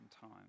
time